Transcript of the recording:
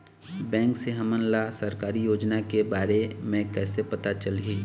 Bank से हमन ला सरकारी योजना के बारे मे कैसे पता चलही?